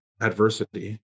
adversity